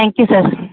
thank you sir